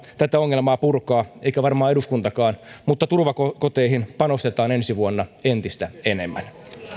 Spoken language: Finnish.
tätä ongelmaa kokonaan purkaa eikä varmaan eduskuntakaan mutta turvakoteihin panostetaan ensi vuonna entistä enemmän